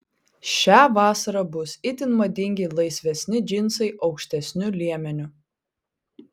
šią vasarą bus itin madingi laisvesni džinsai aukštesniu liemeniu